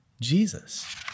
Jesus